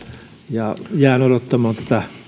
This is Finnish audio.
ja jään odottamaan